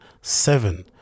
seven